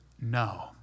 no